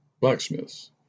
blacksmiths